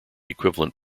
equivalent